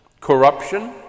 corruption